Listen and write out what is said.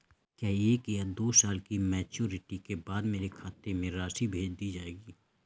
क्या एक या दो साल की मैच्योरिटी के बाद मेरे खाते में राशि भेज दी जाएगी?